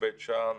בבית שאן,